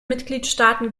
mitgliedstaaten